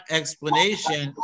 explanation